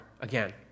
again